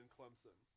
Clemson